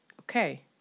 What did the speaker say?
Okay